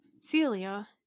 Celia